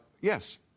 Yes